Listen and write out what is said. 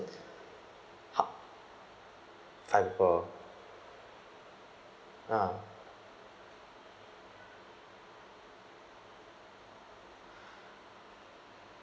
how ah